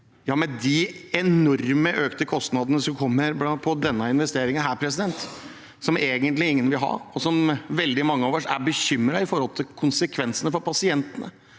Ja, med de enorme økte kostnadene som kommer på denne investeringen, som egentlig ingen vil ha, er veldig mange av oss bekymret med tanke på konsekvensene for pasientene,